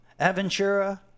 Aventura